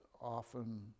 often